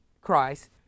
Christ